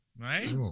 Right